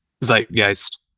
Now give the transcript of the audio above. zeitgeist